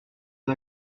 des